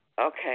Okay